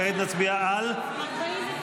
כעת נצביע על -- 49.